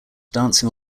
dancing